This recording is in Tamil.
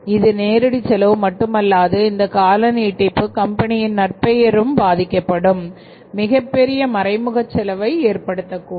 இது நேரடி செலவு மட்டுமல்லாது இந்த கால நீட்டிப்பு கம்பெனியின் நற்பெயரும் பாதிக்கப்படும் மிகப் பெரிய மறைமுக செலவை ஏற்படுத்தக்கூடும்